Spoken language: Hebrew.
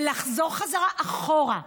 ולחזור חזרה אחורה,